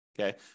okay